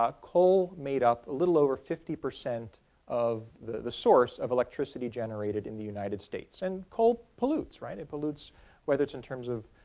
ah coal made up a little over fifty percent of the the source of electricity generated in the united states and coal pollutes, right? it pollutes whether it's in terms of